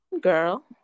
girl